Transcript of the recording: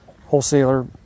wholesaler